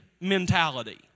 mentality